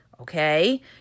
okay